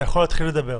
אתה יכול להתחיל לדבר.